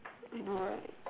you know right